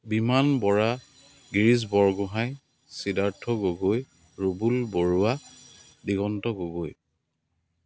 Biman Bora Girish Borgohain Siddharth Gogoi Rubul Baruah Diganta Gogoi